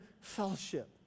fellowship